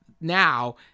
now